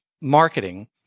marketing